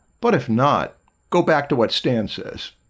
but if not go back to what stan says